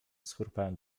schrupałem